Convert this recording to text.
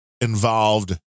involved